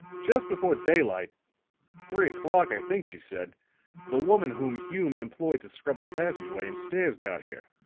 just before daylight three o'clock, i think she said the woman whom hume employed to scrub the passage-way and stairs got here.